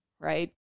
right